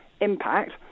impact